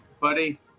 Buddy